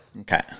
Okay